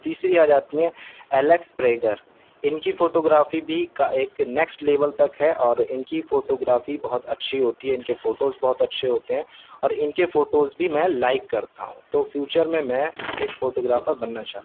تیسری آ جاتی ہیں الیکس پریگر ان کی فوٹوگرافی بھی ایک نیکسٹ لیول تک ہے اور ان کی فوٹوگرافی بہت اچھی ہوتی ہے ان کے فوٹوز بہت اچھے ہوتے ہیں اور ان کے فوٹوز بھی میں لائک کرتا ہوں تو فیوچر میں ایک فوٹو گرافر بننا چاہتا ہوں